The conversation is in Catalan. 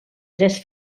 tres